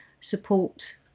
support